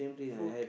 food